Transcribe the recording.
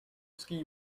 ski